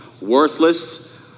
worthless